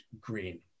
green